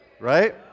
Right